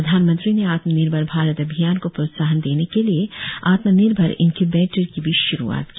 प्रधानमंत्री ने आत्मनिर्भर भारत अभियान को प्रोत्साहन देने के लिए आत्मनिर्भर इन्क्यूबेटर की भी शुरूआत की